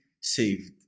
saved